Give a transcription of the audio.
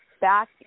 back